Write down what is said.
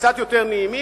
וקצת יותר נעימים,